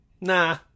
Nah